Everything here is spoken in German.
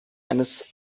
eines